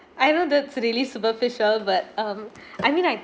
I know that's really superficial but um I mean like